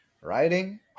Writing